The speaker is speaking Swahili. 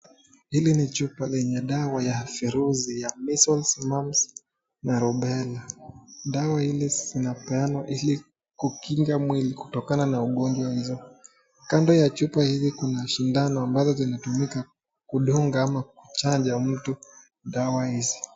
Hili ni chupa yenye dawa ya virusi ya measles, mumps na rubella [c] . Dawa hili zinapeanwa ili kukinga mwili kutokana na ugonjwa hizo. Kando ya chupa hizi kuna sindano ambazo zinatumika kudunga ama kuchanja mtu dawa hizi.